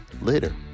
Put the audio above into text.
later